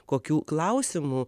kokių klausimų